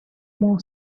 more